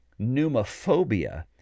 Pneumophobia